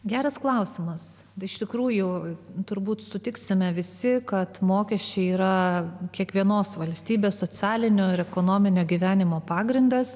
geras klausimas iš tikrųjų turbūt sutiksime visi kad mokesčiai yra kiekvienos valstybės socialinio ir ekonominio gyvenimo pagrindas